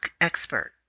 expert